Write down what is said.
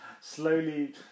slowly